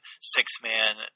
six-man